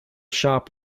shop